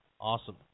Awesome